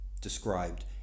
described